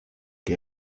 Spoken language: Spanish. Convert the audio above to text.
que